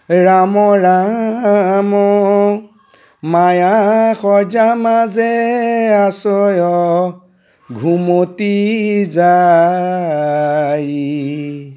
ৰাম ৰাম মায়া সজা মাজে আছয় ঘুমতি যায়